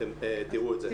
אתם תראו את זה.